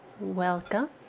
Welcome